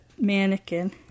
mannequin